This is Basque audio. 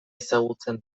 ezagutzen